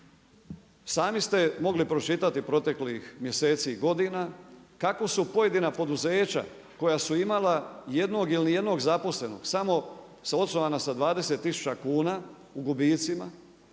sami ste mogli pročitati proteklih mjeseci i godina kako su pojedina poduzeća koja su imala jednog ili ni jednog zaposlenog samo osnovana sa 20000 kuna u gubitcima